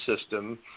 system